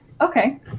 okay